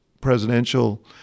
presidential